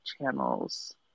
channels